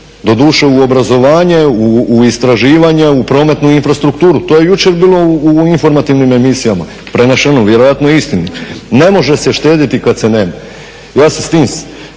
doduše u obrazovanje, u istraživanje, u prometnu infrastrukturu. to je jučer bilo u informativnim emisijama prenešeno, vjerojatno je istina. Ne može se štedjeti kada se nema. Ja i dalje